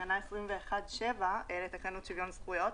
תקנה 21(7) לתקנות שוויון זכויות,